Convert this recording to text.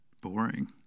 boring